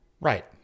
Right